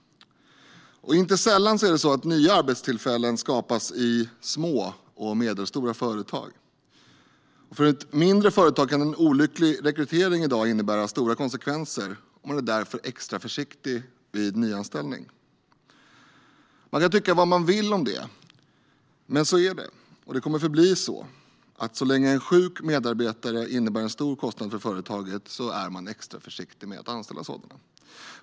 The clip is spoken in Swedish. Inte sällan skapas nya arbetstillfällen i små och medelstora företag. För ett mindre företag kan en olycklig rekrytering i dag innebära stora konsekvenser, och man är därför extra försiktig vid nyanställning. Man kan tycka vad man vill om det, men så är det och så kommer det att förbli. Så länge en sjuk medarbetare innebär en stor kostnad för företaget är man extra försiktig med att anställa en sådan.